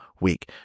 week